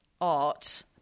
art